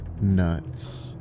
nuts